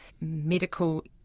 medical